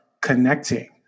connecting